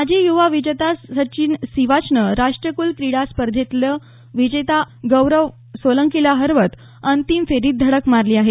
माजी युवा विजेता सचीन सीवाचनं राष्ट्रकुल क्रीडा स्पर्धेतील विजेता गौरव सोलंकीला हरवत अंतिम फेरीत धडक मारली आहे